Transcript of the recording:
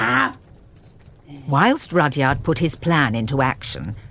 um whilst rudyard put his plan into action,